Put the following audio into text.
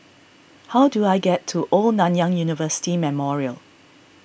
how do I get to Old Nanyang University Memorial